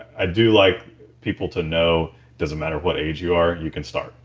i do like people to know doesn't matter what age you're you can start.